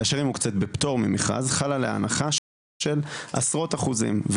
כאשר היא מוקצית בפטור ממכרז חלה עליה הנחה של עשרות אחוזים.